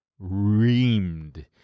reamed-